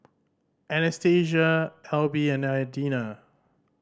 Anastacia Alby and Adina